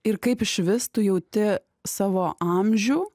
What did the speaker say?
ir kaip išvis tu jauti savo amžių